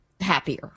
happier